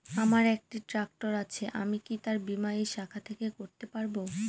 আমার একটি ট্র্যাক্টর আছে আমি কি তার বীমা এই শাখা থেকে করতে পারব?